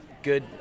good